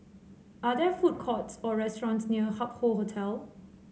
are there food courts or restaurants near Hup Hoe Hotel